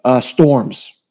storms